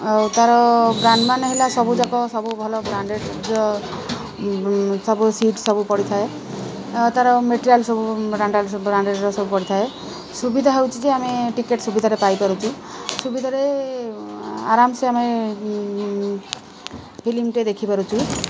ଆଉ ତା'ର ବ୍ରାଣ୍ଡମାନ ହେଲା ସବୁଯାକ ସବୁ ଭଲ ବ୍ରାଣ୍ଡେଡ଼୍ର ସବୁ ସିଟ୍ ସବୁ ପଡ଼ିଥାଏ ଆଉ ତା'ର ମାଟେରିଆଲ୍ ସବୁ ବ୍ରାଣ୍ଡେଡ଼୍ ବ୍ରାଣ୍ଡେଡ଼୍ର ସବୁ ପଡ଼ିଥାଏ ସୁବିଧା ହଉଛି ଯେ ଆମେ ଟିକେଟ୍ ସୁବିଧାରେ ପାଇପାରୁଛୁ ସୁବିଧାରେ ଆରାମସେ ଆମେ ଫିଲ୍ମ୍ଟେ ଦେଖିପାରୁଛୁ